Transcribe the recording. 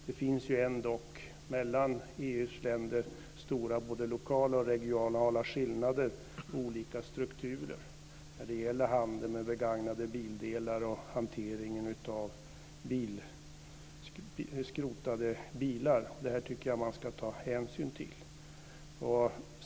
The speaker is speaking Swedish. Det finns ju stora lokala och regionala skillnader mellan EU:s länder och olika strukturer när det gäller handel med begagnade bildelar och hantering av skrotade bilar. Det tycker jag att man ska ta hänsyn till.